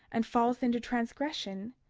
and falleth into transgression?